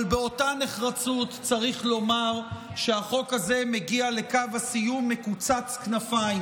אבל באותה נחרצות צריך לומר שהחוק הזה מגיע לקו הסיום מקוצץ כנפיים.